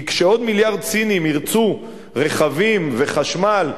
כי כשעוד מיליארד סינים ירצו רכבים וחשמל,